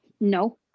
No